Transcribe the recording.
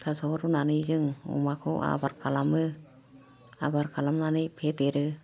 थाश' रुनानै जों अमाखौ आबार खालामो आबार खालामनानै फेदेरो